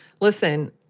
listen